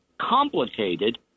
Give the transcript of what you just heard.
complicated